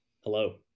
Hello